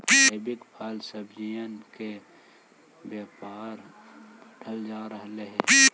जैविक फल सब्जियन के व्यापार बढ़ल जा रहलई हे